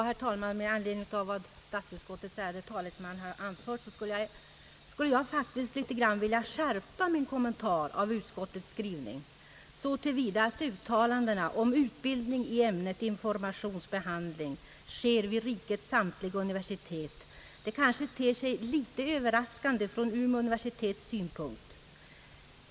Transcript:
Herr talman! Med anledning av vad statsutskottets ärade talesman anfört skulle jag faktiskt vilja skärpa min kommentar till utskottets skrivning — så till vida att uttalandena om att utbildning i ämnet informationsbehandling sker vid rikets samtliga universitet ter sig litet överraskande från Umeå universitets synpunkt.